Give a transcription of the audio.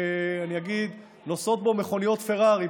אני אגיד: נוסעות בו מכוניות פרארי,